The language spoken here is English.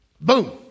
boom